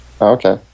Okay